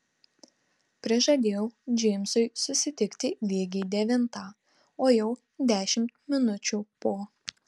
prižadėjau džeimsui susitikti lygiai devintą o jau dešimt minučių po